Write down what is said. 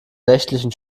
nächtlichen